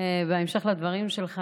בהמשך לדברים שלך,